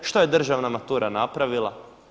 Što je državna matura napravila?